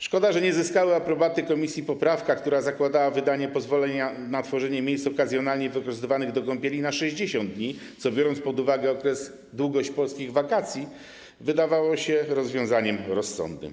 Szkoda, że nie uzyskała aprobaty komisji poprawka, która zakładała wydawanie pozwoleń na tworzenie miejsc okazjonalnie wykorzystywanych do kąpieli na okres 60 dni, co, biorąc pod uwagę długość polskich wakacji, wydawało się rozsądnym rozwiązaniem.